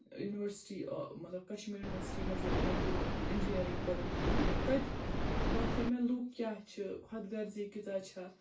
university مطلب Kashmir university منٛز ییٚلہِ مےٚ کوٚر اِنجیٖنٔرِنٛگ پٔرم تَتہِ باسیو مےٚ لُکھ کیٛاہ چھِ خۄد غرضی کۭژاہ چھا